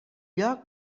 lloc